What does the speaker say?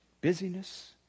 Busyness